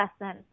lesson